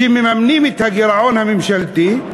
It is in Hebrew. כשמממנים את הגירעון הממשלתי,